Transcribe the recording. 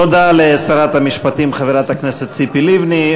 תודה לשרת המשפטים, חברת הכנסת ציפי לבני.